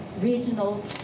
regional